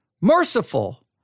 merciful